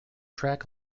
track